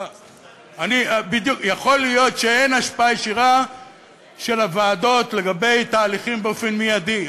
יכול להיות שאין השפעה ישירה של הוועדות לגבי תהליכים באופן מיידי,